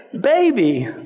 Baby